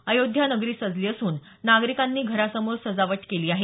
अयोध्या नगरी सजली असून नागरिकांनी घरासमोर सजावट केली आहे